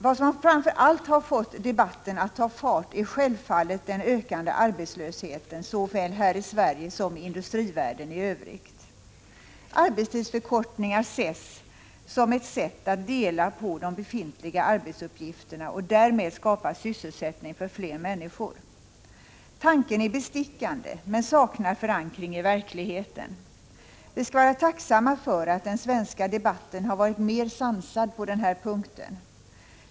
Vad som framför allt har fått debatten att ta fart är självfallet den ökande arbetslösheten såväl här i Sverige som i industrivärlden i övrigt. Arbetstidsförkortningar ses som ett sätt att dela på de befintliga arbetsuppgifterna och därmed skapa sysselsättning för fler människor. Tanken är bestickande, men saknar förankring i verkligheten. Vi skall vara tacksamma för att den svenska debatten har varit mer sansad på den här punkten.